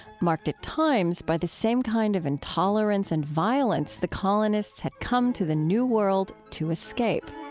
marked at times by the same kind of intolerance and violence the colonists had come to the new world to escape